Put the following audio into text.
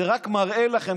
זה רק מראה לכם,